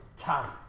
time